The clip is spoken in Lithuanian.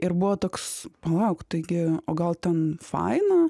ir buvo toks palauk taigi o gal ten faina